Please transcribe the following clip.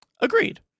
Agreed